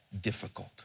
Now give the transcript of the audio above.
difficult